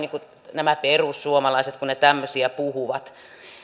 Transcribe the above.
nämä perussuomalaiset kun ne tämmöisiä puhuvat